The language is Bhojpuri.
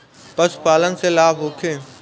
पशु पालन से लाभ होखे?